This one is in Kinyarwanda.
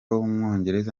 w’umwongereza